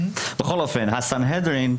בכל אופן, הסנהדרין,